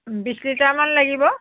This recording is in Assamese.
বিছ লিটাৰমান লাগিব